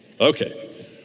Okay